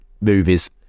movies